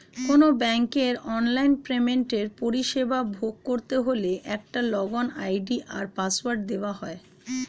কোনো ব্যাংকের অনলাইন পেমেন্টের পরিষেবা ভোগ করতে হলে একটা লগইন আই.ডি আর পাসওয়ার্ড দেওয়া হয়